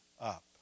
up